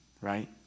right